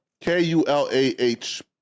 K-U-L-A-H